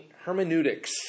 hermeneutics